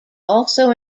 also